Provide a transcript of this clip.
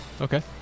Okay